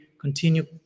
continue